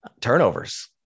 turnovers